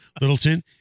Littleton